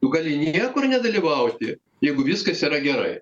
tu gali niekur nedalyvauti jeigu viskas yra gerai